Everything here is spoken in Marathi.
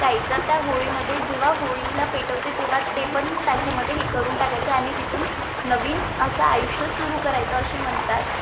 काही तर त्या होळीमध्ये जेव्हा होळीला पेटवते तेव्हा ते पण त्याच्यामध्ये हे करून टाकायचं आणि तिथून नवीन असं आयुष्य सुरू करायचं असे म्हणतात